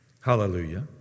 Hallelujah